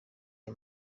aya